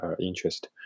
interest